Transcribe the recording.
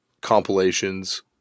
compilations